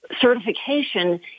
certification